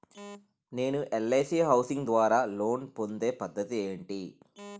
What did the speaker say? నేను LIC housing ద్వారా loan పొందే పద్ధతి ఏంటి?